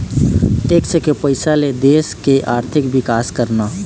tax के पइसा ले देश के आरथिक बिकास करना